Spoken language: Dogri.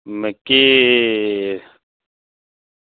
मिगी